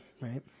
right